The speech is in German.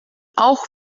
auch